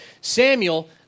Samuel